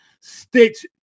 stitch